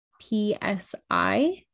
P-S-I